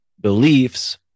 beliefs